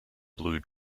blue